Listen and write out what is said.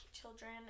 children